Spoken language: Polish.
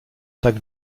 tak